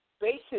basis